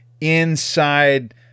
inside